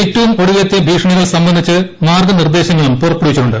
ഏറ്റവും ഒടുവിലത്തെ ഭീഷണികൾ സംബന്ധിച്ച് മാർഗ്ഗനിർദ്ദേശങ്ങളും പുറപ്പെടുവിച്ചിട്ടുണ്ട്